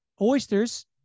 oysters